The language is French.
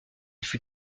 fut